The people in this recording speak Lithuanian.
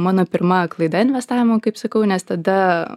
mano pirma klaida investavimo kaip sakau nes tada